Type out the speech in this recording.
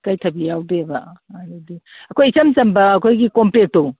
ꯏꯀꯥꯏ ꯊꯕꯤ ꯌꯥꯎꯗꯦꯕ ꯑꯗꯨꯗꯤ ꯑꯩꯈꯣꯏ ꯏꯆꯝ ꯆꯝꯕ ꯑꯩꯈꯣꯏꯒꯤ ꯀꯣꯝꯄ꯭ꯔꯦꯛꯇꯣ